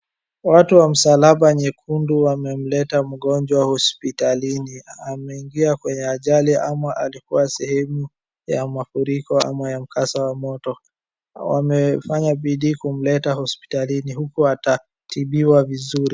Watu wa msalaba nyekundu wamemleta mgonjwa hospitalini. Ameingia kwenye ajali ama alikua sehemu ya mafuriko ama ya mkasa wa moto. Wamefanya bidii kumleta hospitalini huku atatibiwa vizuri.